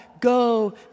go